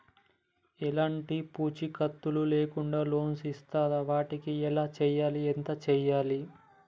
ఎలాంటి పూచీకత్తు లేకుండా లోన్స్ ఇస్తారా వాటికి ఎలా చేయాలి ఎంత చేయాలి?